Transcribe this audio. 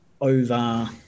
over